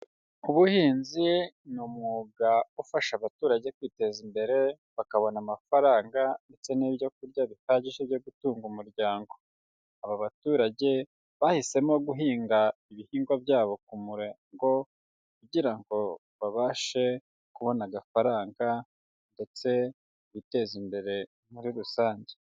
Ubuhinzi ni umwuga ufasha abaturage kwiteza imbere bakabona amafaranga ndetse n'ibyo kurya bihagije byo gutunga umuryango. Aba baturage bahisemo guhinga ibihingwa byabo ku murongo kugira ngo babashe kubona agafaranga ndetse biteze imbere muri rusange.